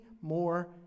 more